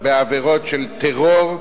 של טרור,